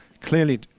clearly